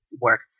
work